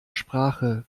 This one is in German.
sprache